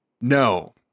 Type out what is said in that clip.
No